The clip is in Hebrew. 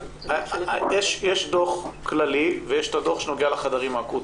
יש דו"ח כללי ויש את הדו"ח שנוגע לחדרים האקוטיים.